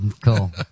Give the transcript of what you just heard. Cool